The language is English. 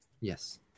Yes